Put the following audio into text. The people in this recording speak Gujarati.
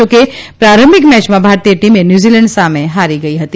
જા કે પ્રારંભિક મેચમાં ભારતીય ટીમે ન્યૂઝીલેન્ડ સામે હારી ગઇ હતી